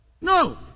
No